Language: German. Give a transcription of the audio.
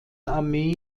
armee